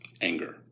Anger